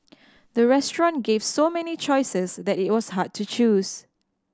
the restaurant gave so many choices that it was hard to choose